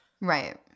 Right